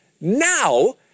Now